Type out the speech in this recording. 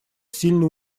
сильно